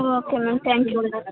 okay madam thank you